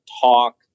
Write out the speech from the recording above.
talk